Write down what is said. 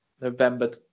November